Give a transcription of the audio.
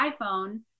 iPhone